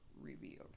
revealed